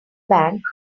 bank